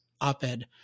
op-ed